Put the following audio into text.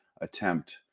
attempt